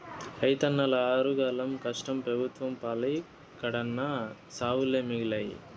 రైతన్నల ఆరుగాలం కష్టం పెబుత్వం పాలై కడన్నా సావులే మిగిలాయి